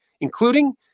including